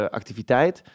activiteit